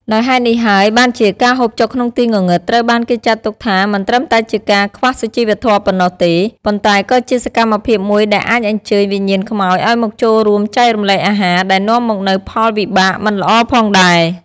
ដោយហេតុនេះហើយបានជា ការហូបចុកក្នុងទីងងឹតត្រូវបានគេចាត់ទុកថាមិនត្រឹមតែជាការខ្វះសុជីវធម៌ប៉ុណ្ណោះទេ ប៉ុន្តែក៏ជាសកម្មភាពមួយដែលអាចអញ្ជើញវិញ្ញាណខ្មោចឲ្យមកចូលរួមចែករំលែកអាហារ ដែលនាំមកនូវផលវិបាកមិនល្អផងដែរ ។